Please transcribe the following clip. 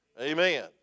Amen